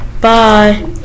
Bye